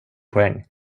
poäng